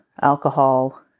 Alcohol